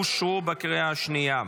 אושרו בקריאה השנייה.